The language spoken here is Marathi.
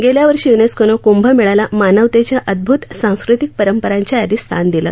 गेल्यावर्षी यूनेस्कोने कुंभमेळ्याला मानवतेच्या अद्वत सांस्कृतिक परंपरांच्या यादीत स्थान दिलं